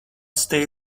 stay